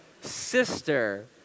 sister